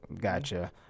gotcha